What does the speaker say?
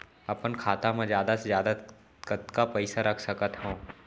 अपन खाता मा जादा से जादा कतका पइसा रख सकत हव?